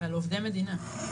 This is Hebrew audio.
על עובדי מדינה.